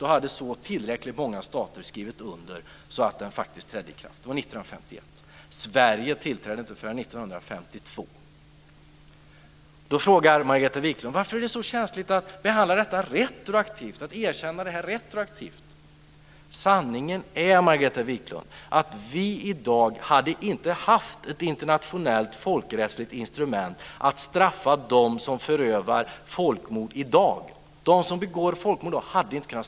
Då hade tillräckligt många stater skrivit under för att den skulle träda i kraft. Det var 1951. Sverige tillträdde den inte förrän 1952. Då frågar Margareta Viklund: Varför är det så känsligt att behandla detta retroaktivt och att erkänna detta retroaktivt? Sanningen är, Margareta Viklund, att vi kunde ha varit utan ett internationellt folkrättsligt instrument att straffa dem med som begår folkmord i dag.